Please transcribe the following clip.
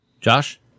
josh